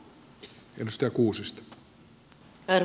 arvoisa puhemies